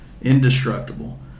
indestructible